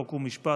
חוק ומשפט,